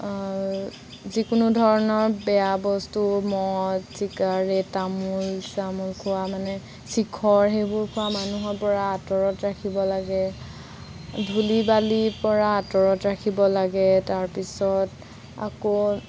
যিকোনো ধৰণৰ বেয়া বস্তু মদ চিগাৰেট তামোল চামোল খোৱা মানে চিখৰ সেইবোৰ খোৱা মানুহৰপৰা আঁতৰত ৰাখিব লাগে ধূলি বালিৰপৰা আঁতৰত ৰাখিব লাগে তাৰ পিছত আকৌ